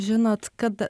žinot kad